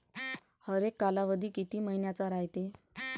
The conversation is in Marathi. हरेक कालावधी किती मइन्याचा रायते?